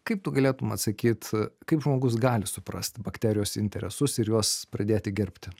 kaip tu galėtum atsakyt kaip žmogus gali suprast bakterijos interesus ir juos pradėti gerbti